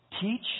teach